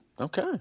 Okay